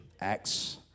acts